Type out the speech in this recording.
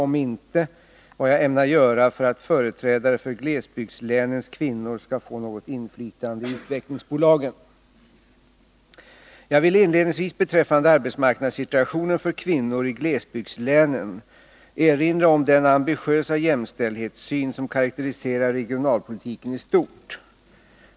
Om inte: Vad ämnar industriministern göra för att företrädare för glesbygdslänens kvinnor skall få något inflytande i utvecklingsbolagen?” Jag vill inledningsvis beträffande arbetsmarknadssituationen för kvinnor i glesbygdslänen erinra om den ambitiösa jämställdhetssyn som karakteriserar regionalpolitiken i stort.